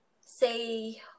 say